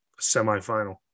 semifinal